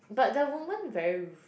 but the woman very